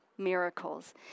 miracles